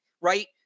right